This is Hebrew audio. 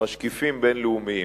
משקיפים בין-לאומיים.